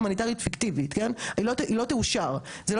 זה לא משנה מה תהיה התוצאה של הבקשה ההומניטרית,